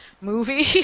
movie